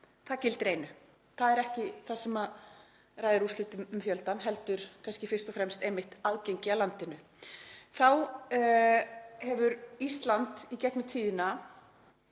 það gildir einu. Það er ekki það sem ræður úrslitum um fjöldann heldur kannski fyrst og fremst einmitt aðgengi að landinu. Þá hefur Ísland í gegnum tíðina,